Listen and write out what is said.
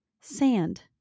sand